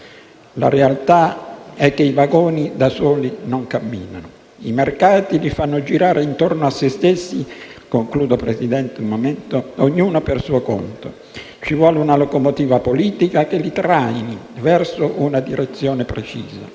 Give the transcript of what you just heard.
La realtà è che i vagoni da soli non camminano. I mercati li fanno girare intorno a se stessi, ognuno per suo conto. Ci vuole una locomotiva politica che li traini verso una direzione precisa.